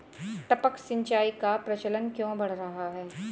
टपक सिंचाई का प्रचलन क्यों बढ़ रहा है?